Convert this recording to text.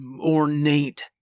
ornate